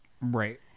Right